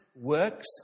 Works